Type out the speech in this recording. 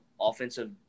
offensive